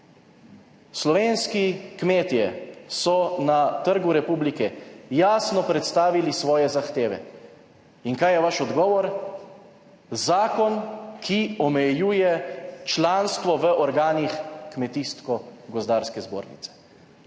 Slovenski kmetje so na Trgu republike jasno predstavili svoje zahteve. In kaj je vaš odgovor? Zakon, ki omejuje članstvo v organih Kmetijsko-gozdarske zbornice.